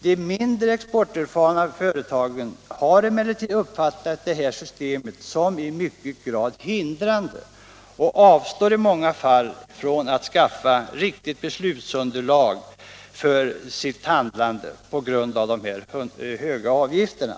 De mindre exporterfarna företagen har emellertid uppfattat detta system som i mycket hög grad hindrande och avstår i många fall från att skaffa riktigt beslutsunderlag för sitt handlande på grund av de höga avgifterna.